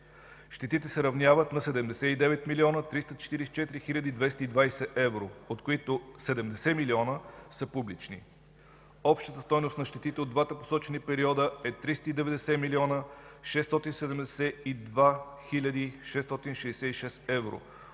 Щетите се равняват на 79 млн. 344 хил. 220 евро, от които 70 милиона са публични. Общата стойност на щетите от двата посочени периода е 390 млн. 672 хил. 666 евро,